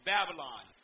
Babylon